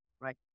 right